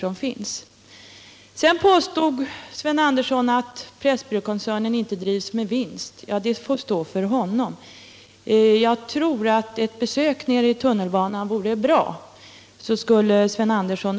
Sven Andersson påstod att Pressbyråkoncernen inte drivs med vinst. Det får stå för honom. Jag tror att ett besök i tunnelbanan vore bra för Sven Andersson.